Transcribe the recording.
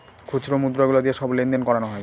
খুচরো মুদ্রা গুলো দিয়ে সব লেনদেন করানো হয়